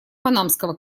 панамского